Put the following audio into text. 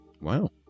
Wow